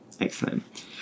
excellent